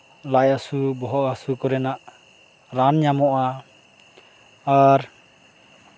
ᱞᱟᱡ ᱦᱟᱹᱥᱩ ᱵᱚᱦᱚᱜ ᱦᱟᱹᱥᱩ ᱠᱚᱨᱮᱱᱟᱜ ᱨᱟᱱ ᱧᱟᱢᱚᱜᱼᱟ ᱟᱨ